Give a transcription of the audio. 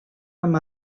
amb